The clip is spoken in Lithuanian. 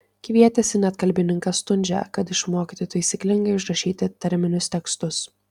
kvietėsi net kalbininką stundžią kad išmokytų taisyklingai užrašyti tarminius tekstus